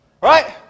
right